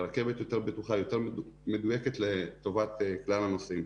רכבת יותר בטוחה ויותר מדות לטובת כלל הנוסעים.